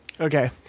Okay